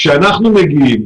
כשאנחנו מגיעים,